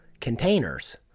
containers